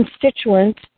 constituents